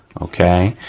okay,